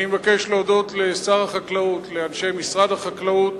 אני מבקש להודות לשר החקלאות ולאנשי משרד החקלאות,